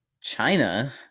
china